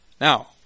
Now